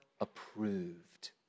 approved